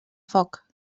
foc